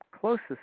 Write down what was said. closest